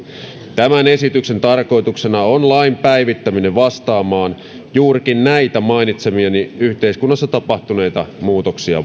tämän esityksen tarkoituksena on lain päivittäminen vastaamaan juurikin näitä mainitsemiani yhteiskunnassa tapahtuneita muutoksia